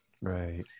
Right